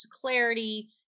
clarity